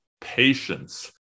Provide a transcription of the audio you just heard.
patience